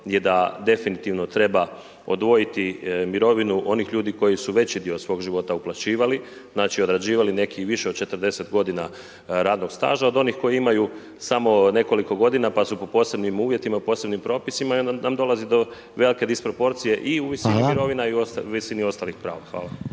je da definitivno treba odvojiti mirovinu onih ljudi koji su veći dio svog života uplaćivali, znači odrađivali neki i više od 40 godina radnog staža od onih koji imaju samo nekoliko godina pa su po posebnim uvjetima, posebnim propisima i onda nam dolazi do velike disproporcije i u visini mirovina i u visini ostalih prava. Hvala.